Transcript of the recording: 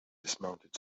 dismounted